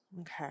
okay